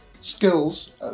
skills